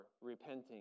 repenting